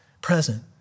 present